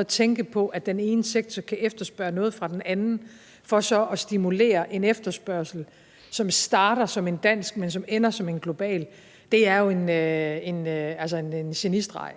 at tænke på, altså at den ene sektor kan efterspørge noget fra den anden for så at stimulere en efterspørgsel, som starter som en dansk efterspørgsel, men ender som en global, er jo en genistreg.